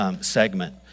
segment